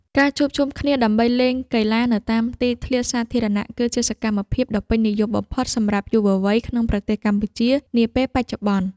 ការជួបជុំគ្នាដើម្បីលេងកីឡានៅតាមទីធ្លាសាធារណៈគឺជាសកម្មភាពដ៏ពេញនិយមបំផុតសម្រាប់យុវវ័យក្នុងប្រទេសកម្ពុជានាពេលបច្ចុប្បន្ន។